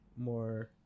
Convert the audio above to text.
more